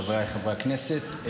חבריי חברי הכנסת,